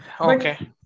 Okay